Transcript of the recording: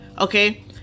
okay